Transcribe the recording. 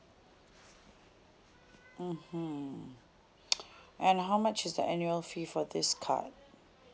mmhmm and how much is the annual fee for this card